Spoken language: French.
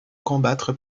combattre